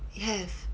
have